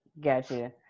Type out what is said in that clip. gotcha